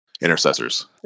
Intercessors